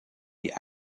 die